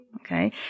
okay